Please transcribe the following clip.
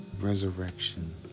resurrection